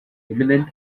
imminent